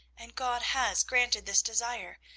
and god has granted this desire.